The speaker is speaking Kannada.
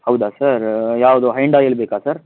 ಹೌದಾ ಸರ್ ಯಾವುದು ಹೈಂಡಾಯಲ್ಲಿ ಬೇಕಾ ಸರ್